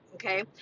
Okay